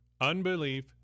unbelief